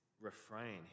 refrain